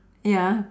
ya